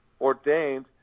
ordained